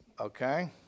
Okay